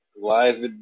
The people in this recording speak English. Live